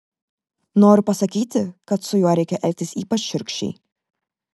noriu pasakyti kad su juo reikia elgtis ypač šiurkščiai